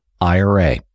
IRA